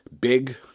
Big